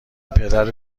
پدر